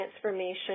transformation